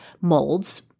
molds